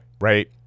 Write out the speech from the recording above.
right